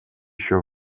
ещё